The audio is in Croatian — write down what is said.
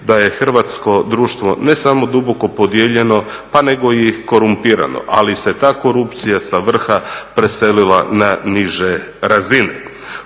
da je hrvatsko društvo ne samo duboko podijeljeno nego i korumpirano. Ali se ta korupcija sa vrha preselila na niže razine.